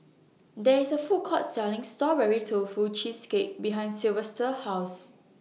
There IS A Food Court Selling Strawberry Tofu Cheesecake behind Silvester's House